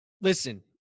listen